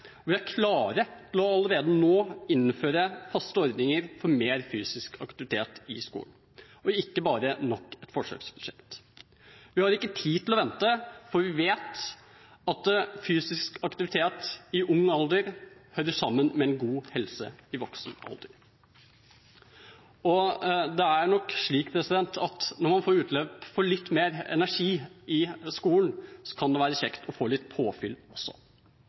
og vi er klare til allerede nå å innføre faste ordninger for mer fysisk aktivitet i skolen – og ikke bare nok et forsøksprosjekt. Vi har ikke tid til å vente, for vi vet at fysisk aktivitet i ung alder hører sammen med god helse i voksen alder. Det er nok slik at når man får utløp for litt mer energi i skolen, så kan det være kjekt å få litt påfyll også.